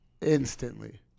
instantly